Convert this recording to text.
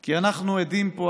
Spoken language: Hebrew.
כי אנחנו עדים פה,